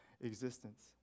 existence